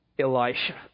Elisha